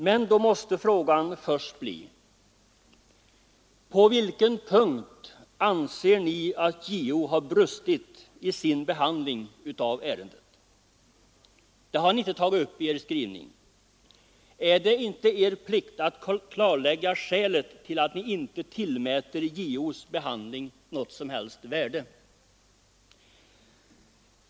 Men då måste frågan först bli: På vilken punkt anser ni att JO har brustit i sin behandling av ärendet? Det har ni inte tagit upp i er skrivning. Är det inte er plikt att klarlägga skälet till att ni inte tillmäter JO:s behandling något som helst värde?